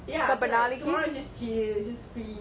ya so like tomorrow it's just chill just free